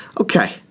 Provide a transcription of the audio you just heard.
Okay